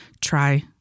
try